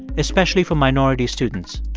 especially for minority students.